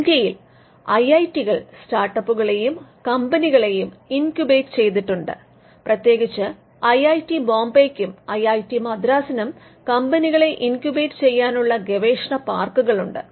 ഇന്ത്യയിൽ ഐഐറ്റികൾ സ്റ്റാർട്ടപ്പുകളെയും കമ്പനികളെയും ഇൻക്യൂബേറ്റ് ചെയ്തിട്ടുണ്ട് പ്രതേകിച്ച് ഐ ഐ ടി ബോംബേയ്ക്കും ഐ ഐ ടി മദ്രാസിനും കമ്പനികളെ ഇൻക്യൂബേറ്റ് ചെയ്യാനുള്ള ഗവേഷണ പാർക്കുകളുണ്ട്